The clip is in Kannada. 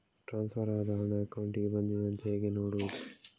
ಟ್ರಾನ್ಸ್ಫರ್ ಆದ ಹಣ ಅಕೌಂಟಿಗೆ ಬಂದಿದೆ ಅಂತ ಹೇಗೆ ನೋಡುವುದು?